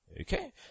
Okay